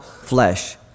flesh